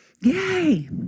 Yay